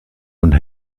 und